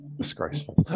Disgraceful